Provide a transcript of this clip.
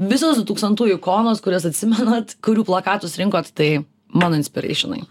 visos du tūkstantųjų ikonos kurias atsimenat kurių plakatus rinkot tai mano inspireišinai